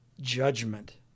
judgment